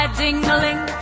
ding-a-ling